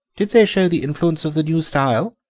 did they show the influence of the new style?